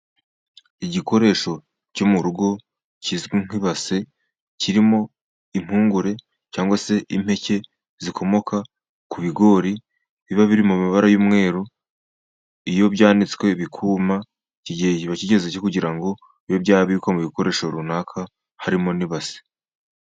Igikoresho cyo mu rugo kizwi nk'ibase, kirimo impungure, cyangwa se impeke zikomoka ku bigori biba biri mu mabara y'umweru, iyo byanitswe bikuma, igihe kiba kigeze kugira ngo bibe byabikwa mu ibikoresho runaka harimo n'ibase.